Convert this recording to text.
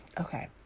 okay